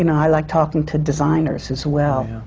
you know i like talking to designers as well,